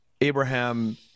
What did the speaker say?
abraham